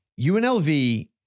UNLV